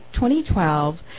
2012